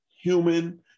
human